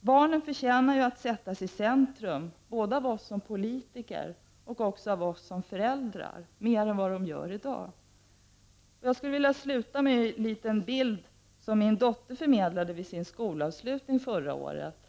Barnen förtjänar att sättas i centrum mer än vad de i dag gör både av oss som politiker och som föräldrar. Jag vill avsluta med att ge en liten bild som min dotter förmedlade från sin skolavslutning förra året.